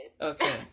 Okay